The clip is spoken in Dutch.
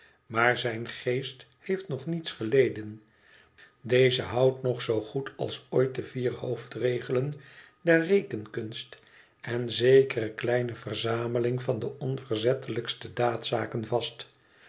maar zijn geest heeft nog niets geleden deze houdt nog zoo goed als ooit de vier hoofdregelen der rekenkunst en zekere kleine verzameling van de onverzettelijkste daadzaken vast